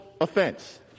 offense